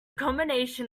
combination